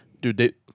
dude